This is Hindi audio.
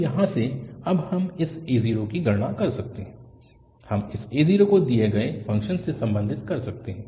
तो यहाँ से अब हम इस a0 की गणना कर सकते हैं हम इस a0 को दिए गए फंक्शन से संबंधित कर सकते हैं